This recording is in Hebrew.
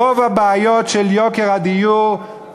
רוב הבעיות של יוקר הדיור,